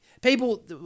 people